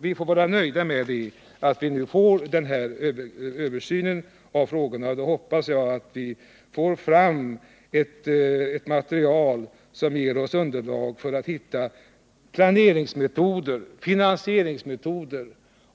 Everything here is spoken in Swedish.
Vi får vara nöjda med den här översynen. Jag hoppas att vi får ett material som ger oss underlag för att få fram planeringsmetoder, finansieringsmetoder